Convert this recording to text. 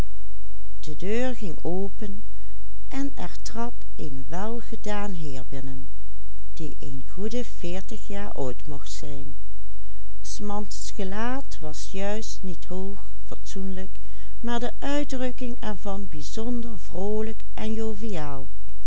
binnen die een goede veertig jaar oud mocht zijn s mans gelaat was juist niet hoog fatsoenlijk maar de uitdrukking er van bijzonder vroolijk en joviaal